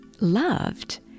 loved